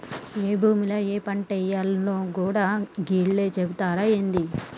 ఏ భూమిల ఏ పంటేయాల్నో గూడా గీళ్లే సెబుతరా ఏంది?